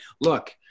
look